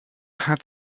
had